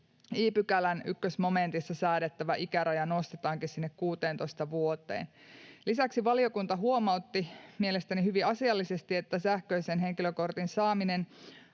58 i §:n 1 momentissa säädettävä ikäraja nostetaankin sinne 16 vuoteen. Lisäksi valiokunta huomautti, mielestäni hyvin asiallisesti, että sähköisen henkilökortin saaminen